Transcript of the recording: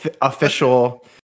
official